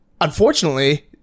unfortunately